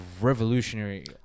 revolutionary